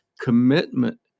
commitment